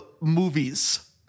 movies